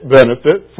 benefit